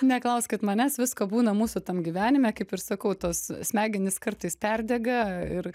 neklauskit manęs visko būna mūsų tam gyvenime kaip ir sakau tos smegenys kartais perdega ir